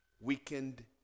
weakened